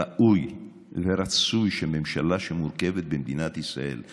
ראוי ורצוי שהממשלה שמורכבת במדינת ישראל,